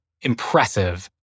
impressive